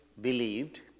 believed